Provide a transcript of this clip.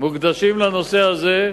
מוקדשים לנושא הזה,